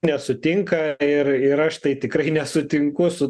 nesutinka ir ir aš tai tikrai nesutinku su